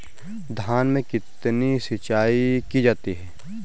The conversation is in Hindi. धान में कितनी सिंचाई की जाती है?